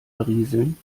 berieseln